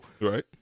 Right